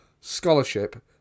scholarship